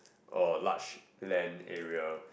or large land area